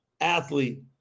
athlete